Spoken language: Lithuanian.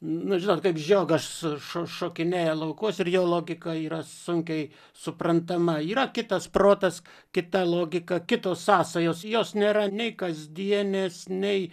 na žinot kaip žiogas šo šokinėja laukuos ir jo logika yra sunkiai suprantama yra kitas protas kita logika kitos sąsajos jos nėra nei kasdienės nei